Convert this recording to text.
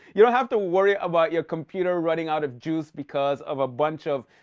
you don't have to worry about your computer running out of juice because of a bunch of,